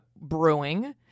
brewing